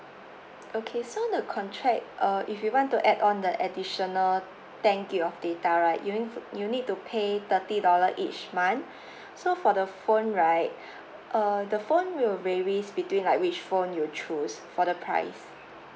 okay so the contract uh if you want to add on the additional ten G_B of data right during you need to pay thirty dollar each month so for the phone right uh the phone will varies between like which phone you choose for the price